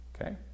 Okay